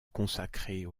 consacrer